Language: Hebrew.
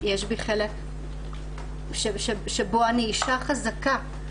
יש בי חלק של אישה חזקה,